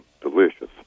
delicious